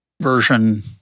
version